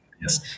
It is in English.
Yes